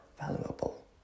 valuable